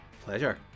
Pleasure